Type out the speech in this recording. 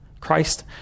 Christ